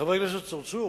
חבר הכנסת צרצור,